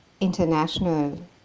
international